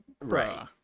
right